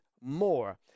more